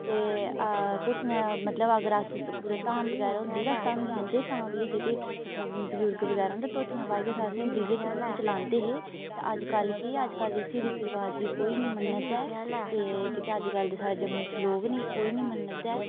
ते धोतियां मतलब अगर अस कुसै धाम बगैरा होंदी ही तां अस धामी जंदे तां बी जेह्के बजुर्ग बगैरा न धोतियां पाइयै असें बेहियै च रुट्टी लांदे हे ते अज्जकल केह् ऐ अज्जकल इस रीति रवाज़ गी कोई बी नी मन्ना दा ऐ ते जेह्का अज्जकल दा साढ़ा जम्मू च लोग न कोई नी मन्ना दा ऐ